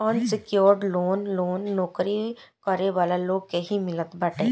unsecured loan loan नोकरी करे वाला लोग के ही मिलत बाटे